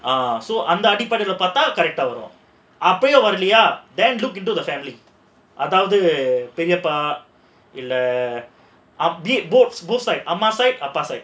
err so அந்த அடிப்படையில பார்த்தா:andha adipadaila paarthaa correct ah வரும் அப்பயும் வரலையா:varum appayum varalaiyaa then look into the family அதாவது பெரியப்பா இல்ல:adhaavathu periappa illa boost like அம்மா:amma side அப்பா:appa side